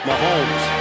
Mahomes